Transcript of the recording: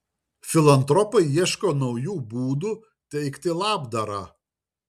filantropai ieško naujų būdų teikti labdarą